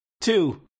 two